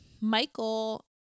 Michael